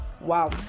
Wow